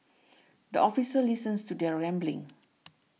the officer listens to their rambling